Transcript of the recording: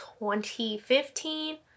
2015